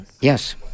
Yes